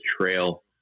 trail